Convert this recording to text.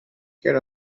get